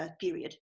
period